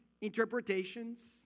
interpretations